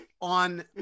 on